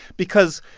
because,